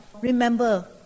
remember